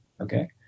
okay